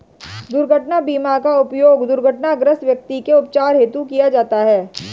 दुर्घटना बीमा का उपयोग दुर्घटनाग्रस्त व्यक्ति के उपचार हेतु किया जाता है